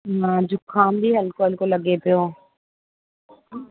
न जुकाम बि हलिको हलिको लॻे पियो